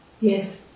yes